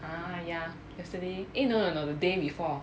ah ya yesterday eh no no no the day before